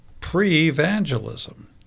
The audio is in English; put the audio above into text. pre-evangelism